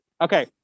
Okay